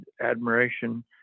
admiration